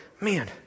man